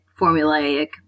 formulaic